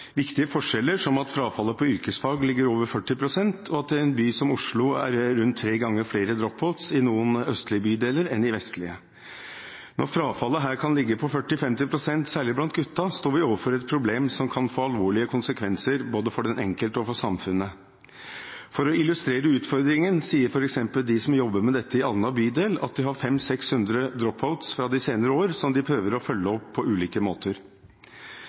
viktige forskjeller, som at frafallet på yrkesfag ligger over 40 pst., og at det i en by som Oslo er rundt tre ganger flere drop-outs i noen østlige bydeler enn i vestlige. Når frafallet her kan ligge på 40–50 pst., særlig blant gutta, står vi overfor et problem som kan få alvorlige konsekvenser både for den enkelte og for samfunnet. For å illustrere utfordringen sier f.eks. de som jobber med dette i Alna bydel, at de har 500–600 drop-outs fra de senere år som de prøver å følge opp på ulike måter.